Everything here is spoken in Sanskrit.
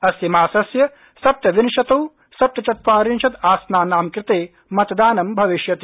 अस्य मासस्य सप्तविंशतौ सप्तचत्वारिशदासनानां कृते मतदान भविष्यति